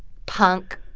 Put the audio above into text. punk,